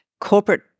corporate